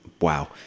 Wow